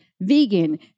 vegan